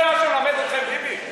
זה מה שמלמד אתכם ביבי?